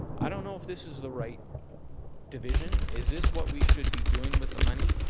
i don't know if this is the right division, is this what we should be doing with the money?